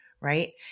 right